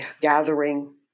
gathering